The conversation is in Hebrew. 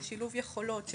של שילוב יכולות,